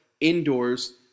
indoors